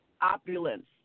Opulence